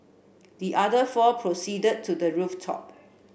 the other four proceeded to the rooftop